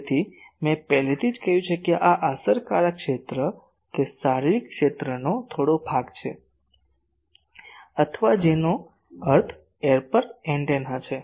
તેથી મેં પહેલેથી જ કહ્યું છે કે આ અસરકારક ક્ષેત્ર તે શારીરિક ક્ષેત્રનો થોડો ભાગ છે અથવા જેનો અર્થ છિદ્ર એન્ટેના છે